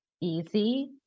easy